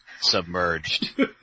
submerged